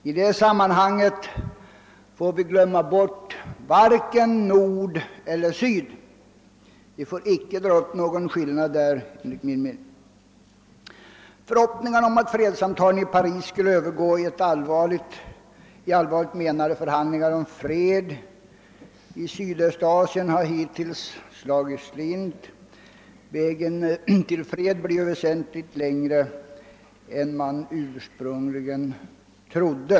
I det sammanhanget får vi inte glömma vare sig Nordeller Sydvietnam; vi får enligt min mening inte göra någon skillnad mellan dem. Förhoppningarna om att fredssamtalen i Paris skulle övergå i allvarligt menade förhandlingar om fred i Sydöstasien har hittills slagit slint. Vägen till fred blir väsentligt längre än man ursprungligen trodde.